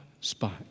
spot